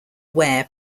ware